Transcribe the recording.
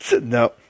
No